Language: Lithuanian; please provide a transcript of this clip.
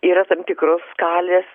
yra tam tikros skalės